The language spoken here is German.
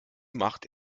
macht